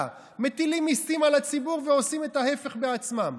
מטילים מיסים על הציבור ועושים את ההפך בעצמם.